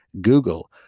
Google